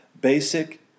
basic